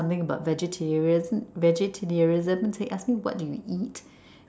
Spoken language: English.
something about vegetarian vegetarianism he ask me what do you eat